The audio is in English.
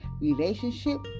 relationship